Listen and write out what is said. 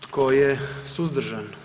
Tko je suzdržan?